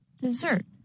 Dessert